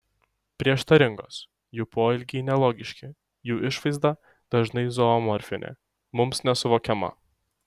prieštaringos jų poelgiai nelogiški jų išvaizda dažnai zoomorfinė mums nesuvokiama